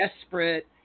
Desperate